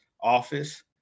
office